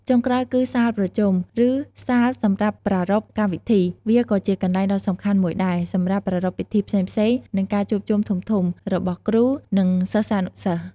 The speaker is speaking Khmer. ចុងក្រោយគឺ សាលប្រជុំ ឬសាលសម្រាប់ប្រារព្ធកម្មវិធី វាក៏ជាកន្លែងដ៏សំខាន់មួយដែរ សម្រាប់ប្រារព្ធពិធីផ្សេងៗ និងការជួបជុំធំៗ របស់គ្រូ និងសិស្សានុសិស្ស។